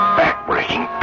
backbreaking